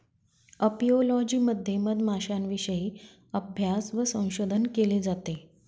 apiology मध्ये मधमाश्यांविषयी अभ्यास व संशोधन केले जाते